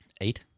Eight